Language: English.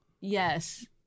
yes